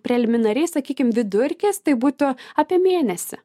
preliminariai sakykim vidurkis tai būtų apie mėnesį